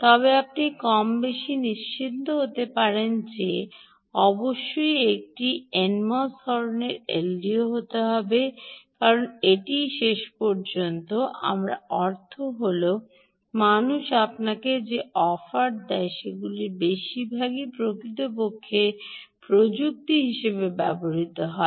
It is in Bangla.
তবে আপনি কম বেশি নিশ্চিত হতে পারেন যে অবশ্যই একটি এনএমওএস ধরণের এলডিও হতে হবে কারণ এটিই শেষ পর্যন্ত আমার অর্থ হল মানুষ আপনাকে যে অফার দেয় সেগুলির বেশিরভাগই প্রকৃতপক্ষে প্রযুক্তি হিসাবে ব্যবহৃত হবে